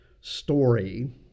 story